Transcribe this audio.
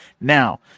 Now